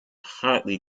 hotly